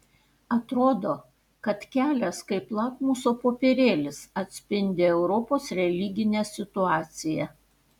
atrodo kad kelias kaip lakmuso popierėlis atspindi europos religinę situaciją